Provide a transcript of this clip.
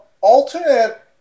alternate